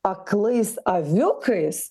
aklais aviukais